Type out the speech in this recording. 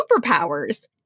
superpowers